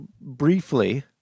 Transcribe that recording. briefly